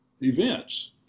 events